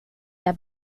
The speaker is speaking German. der